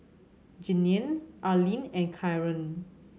Jeanine Arlene and Karon